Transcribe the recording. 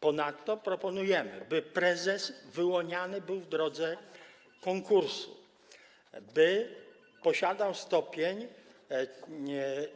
Ponadto proponujemy, by prezes wyłaniany był w drodze konkursu, posiadał stopień